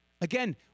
Again